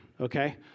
okay